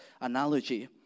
analogy